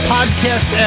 Podcast